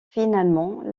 finalement